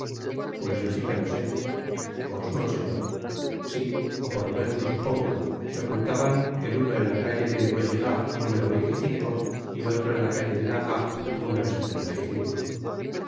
pues yo si que lo sé vos monseñor sí ó por lo menos lo supongo se ocultaban el uno en la calle de vaugirard número y el otro en la calle de la harpe número y